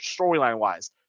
storyline-wise